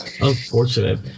Unfortunate